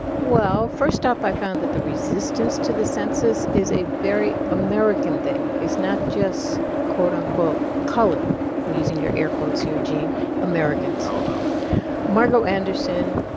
well, first off, i found that the resistance to the census is a very american thing. it's not just, quote, unquote, colored, i'm using your air quotes here, gene americans. i'll allow it margo anderson,